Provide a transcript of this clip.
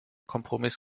kompromiss